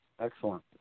excellent